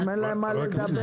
אם אין להם מה לדבר.